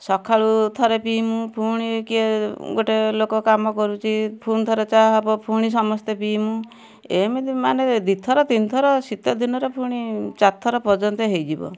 ସଖାଳୁ ଥରେ ପିଇମୁଁ ଫୁଣି କିଏ ଗୋଟେ ଲୋକ କାମ କରୁଛି ଫୁଣି ଥରେ ଚା ହବ ଫୁଣି ସମସ୍ତେ ପିଇମୁଁ ଏମିତି ମାନେ ଦୁଇଥର ତିନିଥର ଶୀତଦିନରେ ଫୁଣି ଚାରିଥର ପର୍ଯ୍ୟନ୍ତ ହେଇଯିବ